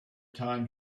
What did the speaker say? time